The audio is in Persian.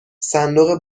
صندوق